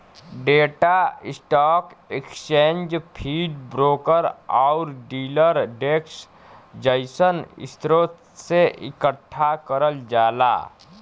data stock exchange feed, broker आउर dealer desk जइसन स्रोत से एकठ्ठा करल जाला